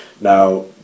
Now